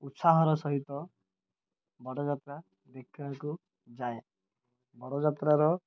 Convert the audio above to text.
ଉତ୍ସାହର ସହିତ ବଡ଼ ଯାତ୍ରା ଦେଖିବାକୁ ଯାଏ ବଡ଼ ଯାତ୍ରାର